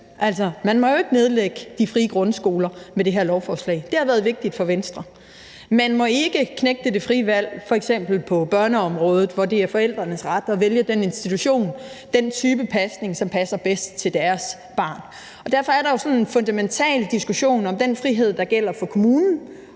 Altså, man må jo ikke nedlægge de frie grundskoler med det her lovforslag. Det har været vigtigt for Venstre. Man må ikke knægte det frie valg, f.eks. på børneområdet, hvor det er forældrenes ret at vælge den institution, den type pasning, som passer bedst til deres barn. Og derfor er der jo sådan en fundamental diskussion om den frihed, der gælder for kommunen,